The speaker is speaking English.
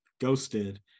ghosted